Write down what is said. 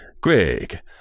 Greg